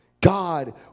god